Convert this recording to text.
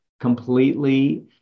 completely